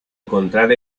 encontrar